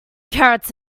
carrots